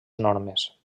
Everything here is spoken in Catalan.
normes